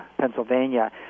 pennsylvania